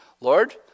Lord